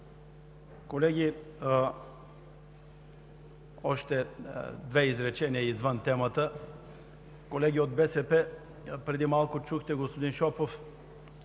Колеги, още две изречения извън темата. Колеги от БСП, преди малко чухте господин Шопов